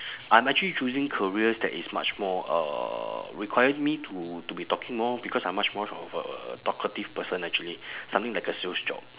I'm actually choosing careers that is much more uh require me to to be talking more because I'm much more of a talkative person actually something like a sales job